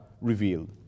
revealed